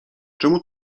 czemu